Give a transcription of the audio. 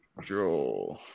draw